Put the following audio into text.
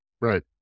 Right